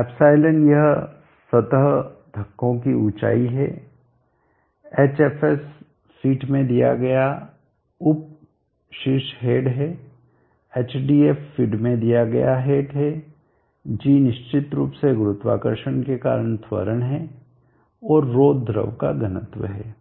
ε सतह धक्कों की ऊँचाई है hfs फीट में दिया गया उप शीर्ष हेड है hdf फीट में दिया गया हेड है g निश्चित रूप से गुरुत्वाकर्षण के कारण त्वरण है और 𝜌 द्रव का घनत्व है